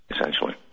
essentially